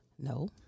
No